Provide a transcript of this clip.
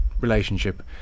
relationship